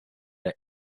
der